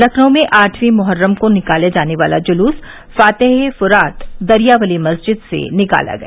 लखनऊ में आठवीं मोहर्रम को निकाला जाने वाला जुलूस फ़ातेह ए फुरात दरियावाली मस्जिद से निकाला गया